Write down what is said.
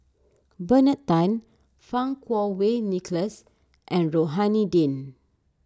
Bernard Tan Fang Kuo Wei Nicholas and Rohani Din